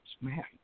man